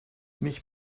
mich